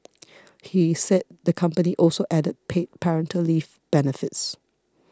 he said the company also added paid parental leave benefits